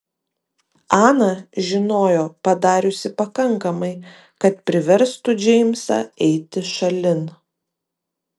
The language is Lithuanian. ana žinojo padariusi pakankamai kad priverstų džeimsą eiti šalin